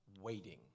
waiting